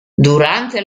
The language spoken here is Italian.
durante